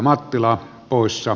arvoisa puhemies